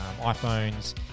iPhones